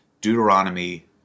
Deuteronomy